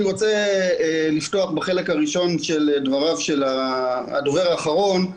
אני רוצה לפתוח בחלק הראשון של דבריו של הדובר האחרון.